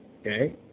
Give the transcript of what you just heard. Okay